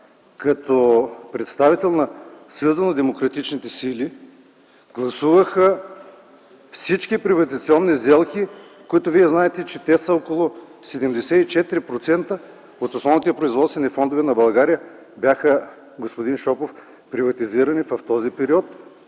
беше представител на СДС – тогава гласуваха всички приватизационни сделки, които знаете, че са около 74% от основните производствени фондове на България. Господин Шопов, те бяха приватизирани в този период